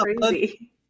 crazy